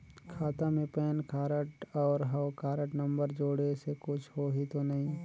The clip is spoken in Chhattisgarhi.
खाता मे पैन कारड और हव कारड नंबर जोड़े से कुछ होही तो नइ?